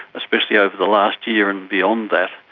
especially over the last year and beyond that,